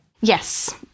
Yes